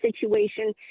situation